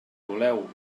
voleu